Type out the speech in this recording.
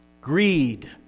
greed